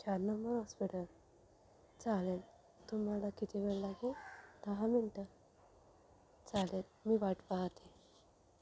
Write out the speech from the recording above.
Channamma hospital चालेल तुम्हाला किती वेळ लागेल दहा मिनिटं चालेल मी वाट पाहते